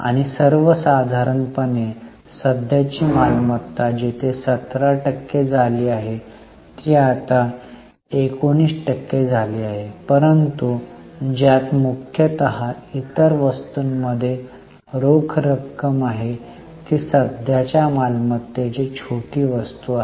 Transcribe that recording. आणि सर्व साधारणपणे सध्याची मालमत्ता जिथे 17 टक्के झाली आहे ती आता 19 टक्के झाली आहे परंतु ज्यात मुख्यतः इतर वस्तूंमध्ये रोख रक्कम आहे ती सध्याच्या मालमत्तेची छोटी वस्तू आहेत